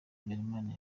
habyarimana